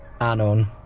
Anon